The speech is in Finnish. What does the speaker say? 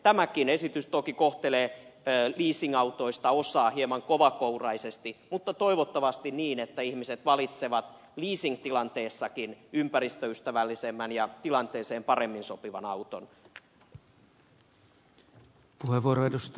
tämäkin esitys toki kohtelee leasingautoista osaa hieman kovakouraisesti mutta toivottavasti niin että ihmiset valitsevat leasingtilanteessakin ympäristöystävällisemmän ja tilanteeseen paremmin sopivan auton